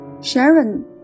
Sharon